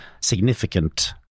significant